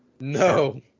No